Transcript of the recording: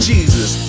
Jesus